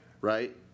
Right